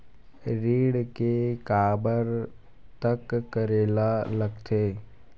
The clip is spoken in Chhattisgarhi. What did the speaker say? ऋण के काबर तक करेला लगथे?